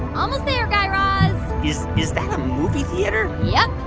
almost there, guy raz is is that a movie theater? yup.